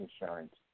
insurance